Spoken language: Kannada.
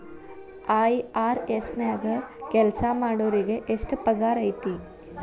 ಐ.ಆರ್.ಎಸ್ ನ್ಯಾಗ್ ಕೆಲ್ಸಾಮಾಡೊರಿಗೆ ಎಷ್ಟ್ ಪಗಾರ್ ಐತಿ?